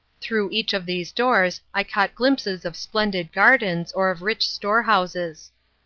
through each of these doors i caught glimpses of splendid gardens or of rich storehouses.